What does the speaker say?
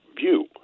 view